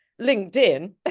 LinkedIn